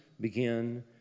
begin